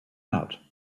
out